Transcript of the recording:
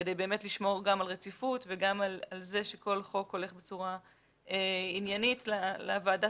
כדי לשמור גם על רציפות וגם על כך שכל חוק הולך בצורה עניינית לוועדה